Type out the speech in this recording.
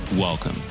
Welcome